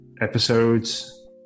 episodes